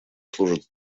служит